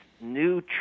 new